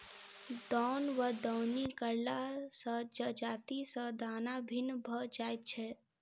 दौन वा दौनी करला सॅ जजाति सॅ दाना भिन्न भ जाइत छै